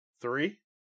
Three